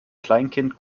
kleinkind